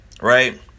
right